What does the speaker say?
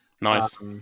Nice